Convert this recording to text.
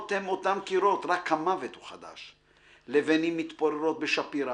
הַשְּׁתִיקָה שֶׁבַּשְּׁתִיקָה הַהַשְׁלָמָה שֶׁבַּבְּרִיחָה